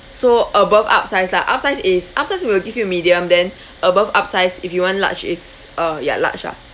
so above upsize lah upsize is upsize will give you a medium then above upsize if you want large is uh ya large lah